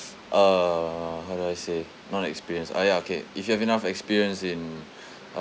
uh how do I say non experienced ah ya okay if you have enough experience in